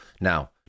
Now